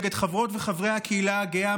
נגד חברות וחברי הקהילה הגאה,